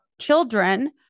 children